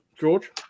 George